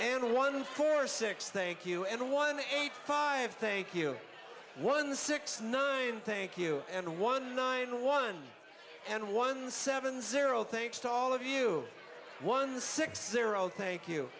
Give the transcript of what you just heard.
and one for six thank you and one eight five thank you one six no thank you and one nine one and one seven zero thanks to all of you one six zero thank you